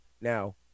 Now